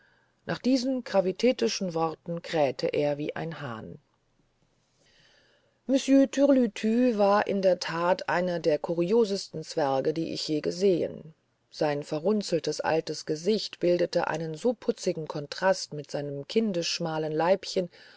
nach diesen gravitätischen worten krähte er wie ein hahn monsieur türlütü war in der tat einer der kuriosesten zwerge die ich je gesehen sein verrunzelt altes gesicht bildete einen so putzigen kontrast mit seinem kindisch schmalen leibchen